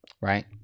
right